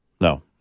No